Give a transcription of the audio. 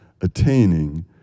attaining